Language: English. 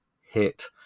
hit